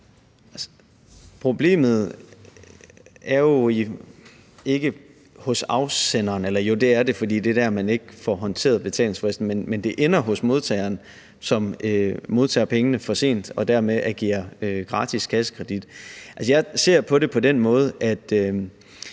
håndteret betalingsfristen, men det ender hos modtageren, som modtager pengene for sent og dermed agerer gratis kassekredit. Jeg ser på det på den måde, at